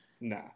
Nah